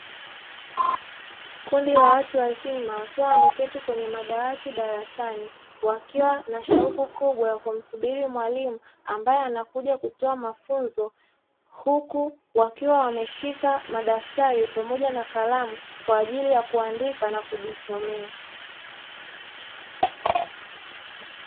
Kundi la watu wazima wakiwa wameketi kwenye madawati darasani wakiwa na shauku kubwa ya kumsubiri mwalimu ambaye anakuja kutoa mafunzo, huku wakiwa wameshika madaftari pamoja na kalamu kwa ajili ya kuandika na kujisomea.